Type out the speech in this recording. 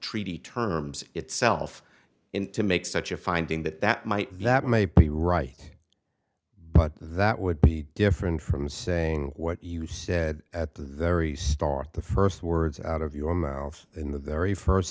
treaty terms itself and to make such a finding that that might that may be right but that would be different from saying what you said at the very start the first words out of your mouth in the very first